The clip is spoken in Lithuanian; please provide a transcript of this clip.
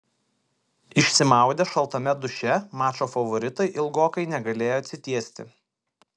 išsimaudę šaltame duše mačo favoritai ilgokai negalėjo atsitiesti